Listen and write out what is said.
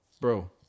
Bro